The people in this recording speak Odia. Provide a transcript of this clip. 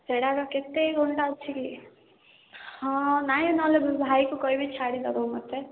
ସେଇଟା ପା କେତେ ଘଣ୍ଟା ଅଛି କି ହଁ ନାଇଁ ନହେଲେ ଭାଇକୁ କହିବି ଛାଡ଼ି ଦେବ ମୋତେ